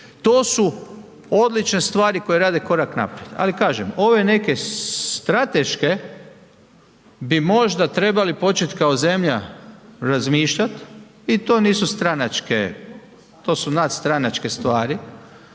To su odlične stvari koje rade korak naprijed, ali kažem ove neke strateške bi možda trebali početi kao zemlja razmišljat i to nisu stranačke, to su nadstranačke stvari